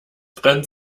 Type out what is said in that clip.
brennt